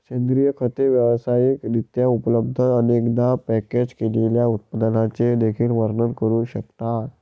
सेंद्रिय खते व्यावसायिक रित्या उपलब्ध, अनेकदा पॅकेज केलेल्या उत्पादनांचे देखील वर्णन करू शकतात